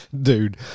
Dude